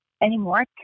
anymore